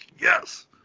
yes